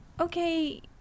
okay